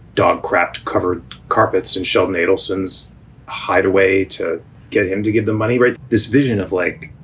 dog crapped covered carpets and sheldon adelson is hideaway to get him to get the money right. this vision of like